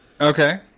Okay